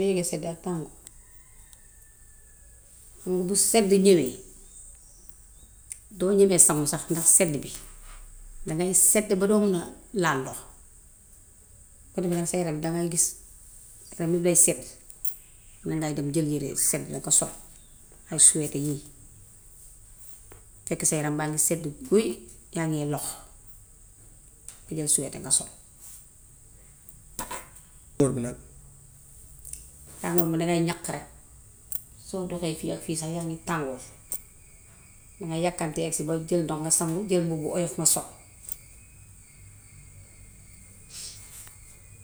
Ni ñiy yëgee seddek tàngo. Ñu ni bu sedd ñówee, doo mun a sangu sax ndax sedd bi. Dangay sedd ba doo mun a laal ndox. Bu ko defee nag sa yaram dangay gis, dama dee sedd, mun ngaa dem jël yëre yu sedd da ko sol ak sweeta yii. Fekk sa yaram baa ngi sedd guyy, yaa ngee lox. Nga jël sweeta nga sol. Tàngoor bi moom dangay ñaq rekk. Soo doxee fii ak fii sax yaram wi tàngoor. Dangay yàkkamtee agsi ba jël ndox nga sangu, jël mbubb mu oyof nga sol.